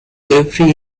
every